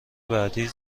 بعدی